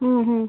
ഹ്മ് ഹ്മ്